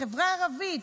בחברה הערבית.